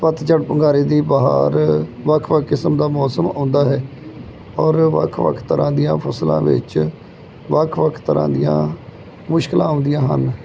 ਪੱਤਝੜ ਭੰਗਾਰੇ ਦੀ ਬਾਹਰ ਵੱਖ ਵੱਖ ਕਿਸਮ ਦਾ ਮੌਸਮ ਆਉਂਦਾ ਹੈ ਔਰ ਵੱਖ ਵੱਖ ਤਰ੍ਹਾਂ ਦੀਆਂ ਫਸਲਾਂ ਵਿੱਚ ਵੱਖ ਵੱਖ ਤਰ੍ਹਾਂ ਦੀਆਂ ਮੁਸ਼ਕਿਲਾਂ ਆਉਂਦੀਆਂ ਹਨ